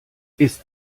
ist